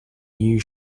new